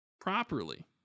properly